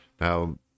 Now